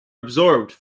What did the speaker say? absorbed